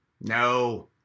No